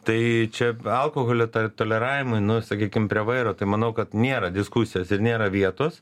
tai čia alkoholio ta toleravimui nu sakykim prie vairo tai manau kad nėra diskusijos ir nėra vietos